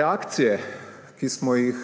Reakcije, ki smo jih